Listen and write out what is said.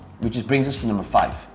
which just brings us to number five.